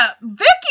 Vicky